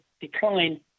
decline